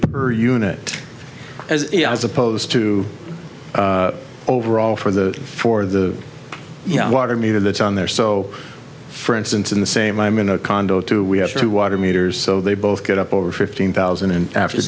per unit as opposed to overall for the for the you know water meter that's on there so for instance in the same i'm in a condo two we have two water meters so they both get up over fifteen thousand and after